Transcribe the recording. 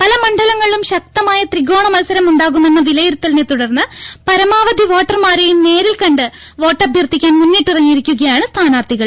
പല മണ്ഡലങ്ങളിലും ശക്തമായ ത്രികോണ മത്സരം ഉണ്ടാകുമെന്ന വിലയിരുത്തലിനെ തുടർന്ന് പരമാവധി വോട്ടർമാരെയും നേരിൽക്കണ്ട് വോട്ടഭ്യർത്ഥിക്കാൻ മുന്നിട്ടിറങ്ങി യിരിക്കുകയാണ് സ്ഥാനാർത്ഥികൾ